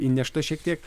įnešta šiek tiek